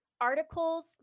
articles